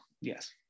yes